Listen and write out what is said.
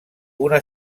una